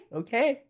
okay